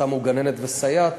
שמו גננת וסייעת,